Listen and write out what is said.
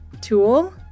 tool